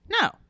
No